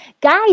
Guys